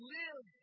live